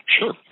Sure